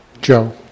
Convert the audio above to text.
Joe